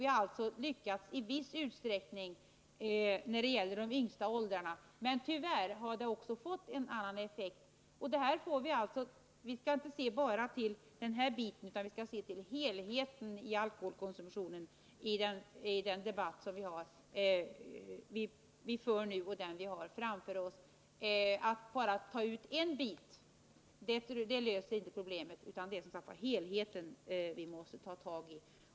Vi har alltså i viss utsträckning lyckats beträffande de 91 yngsta åldrarna, men tyvärr har borttagandet också fått en annan effekt. I den debatt som vi nu för och i den vi har framför oss skall vi inte bara se till denna bit, utan vi skall se till helheten i alkoholkonsumtionen. Att bara ta ut en bit löser inte problemet, utan det är som sagt helheten vi måste ta tag i.